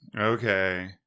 Okay